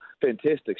fantastic